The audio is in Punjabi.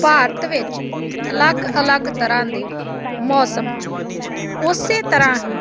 ਭਾਰਤ ਵਿੱਚ ਅਲੱਗ ਅਲੱਗ ਤਰ੍ਹਾਂ ਦੇ ਮੌਸਮ ਹਨ ਉਸੇ ਤਰ੍ਹਾਂ ਹੀ